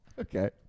Okay